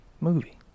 movie